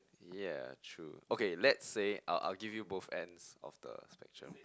ya true okay let's say I'll I'll give you both ends of the spectrum